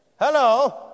Hello